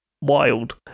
wild